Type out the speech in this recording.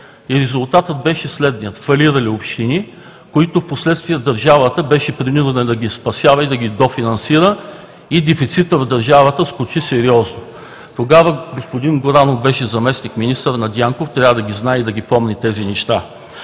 резултатът беше следният: фалирали общини, които впоследствие държавата беше принудена да спасява и да ги дофинансира и дефицитът в държавата скочи сериозно. Тогава господин Горанов беше заместник-министър на Дянков – трябва да знае и да помни тези неща.